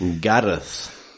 Gareth